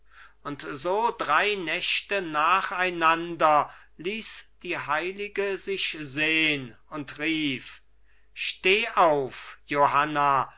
und so drei nächte nacheinander ließ die heilige sich sehn und rief steh auf johanna